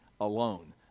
alone